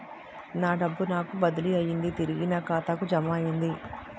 నా డబ్బు నాకు బదిలీ అయ్యింది తిరిగి నా ఖాతాకు జమయ్యింది